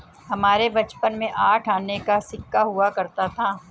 हमारे बचपन में आठ आने का सिक्का हुआ करता था